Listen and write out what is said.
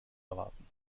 erwarten